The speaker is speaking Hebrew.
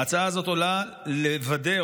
ההצעה הזאת עולה כדי לוודא,